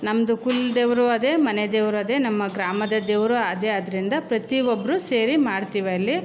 ನಮ್ಮದು ಕುಲ ದೇವರು ಅದೇ ಮನೆ ದೇವರು ಅದೇ ನಮ್ಮ ಗ್ರಾಮದ ದೇವರು ಅದೇ ಆದ್ದರಿಂದ ಪ್ರತಿ ಒಬ್ಬರು ಸೇರಿ ಮಾಡ್ತೀವಲ್ಲಿ